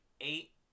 eight